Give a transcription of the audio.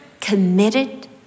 committed